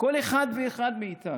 כל אחד ואחד מאיתנו,